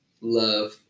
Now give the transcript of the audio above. love